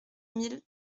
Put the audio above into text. mille